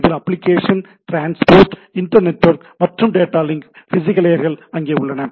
இதில் application transport internetwork மற்றும் data link physical லேயர்கள் அங்கே உள்ளன